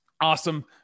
awesome